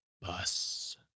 bus